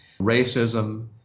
racism